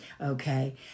okay